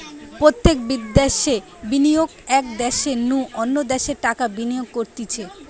প্রত্যক্ষ বিদ্যাশে বিনিয়োগ এক দ্যাশের নু অন্য দ্যাশে টাকা বিনিয়োগ করতিছে